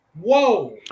whoa